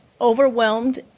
overwhelmed